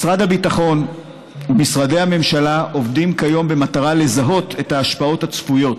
משרד הביטחון ומשרדי הממשלה עובדים כיום במטרה לזהות את ההשפעות הצפויות